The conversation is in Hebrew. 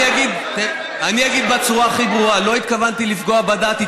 אני אגיד בצורה הכי ברורה: לא התכוונתי לפגוע בדת.